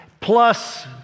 plus